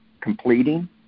completing